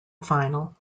final